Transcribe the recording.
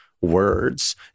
words